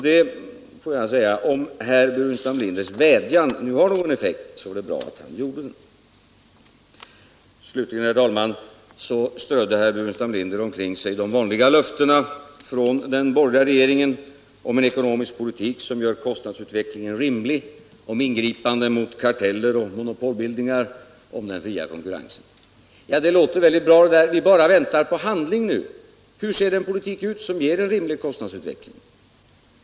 Därför vill jag säga att om herr Burenstam Linders vädjan nu har någon effekt, så var det bra att han uttalade den. Slutligen, herr talman, strödde herr Burenstam Linder omkring sig de vanliga löftena från den borgerliga regeringen om en ekonomisk politik som gör all kostnadsutveckling rimlig, om ingripanden mot karteller och monopolbildningar, om den fria konkurrensen. Ja, det låter ju bra det där — vi bara väntar på handling nu! Men hur ser den politik ut som ger en rimlig kostnadsutveckling?